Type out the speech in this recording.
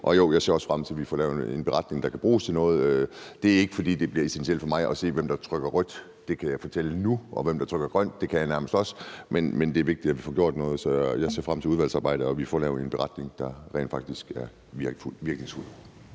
Og jo, jeg ser også frem til, at vi får lavet en beretning, der kan bruges til noget. Det er ikke, fordi det bliver essentielt for mig at se, hvem der trykker rødt, det kan jeg fortælle nu, og hvem der trykker grønt, det kan jeg nærmest også, men det er vigtigt, at vi får gjort noget, så jeg ser frem til udvalgsarbejdet og til, at vi får lavet en beretning, der rent faktisk er virkningsfuld.